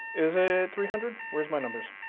is it three hundred? where's my numbers?